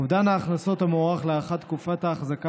אובדן ההכנסות המוערך עקב הארכת תקופת ההחזקה